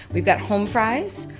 we've got home fries.